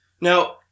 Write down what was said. Now